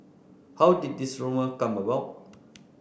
how did this rumour come about